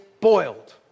boiled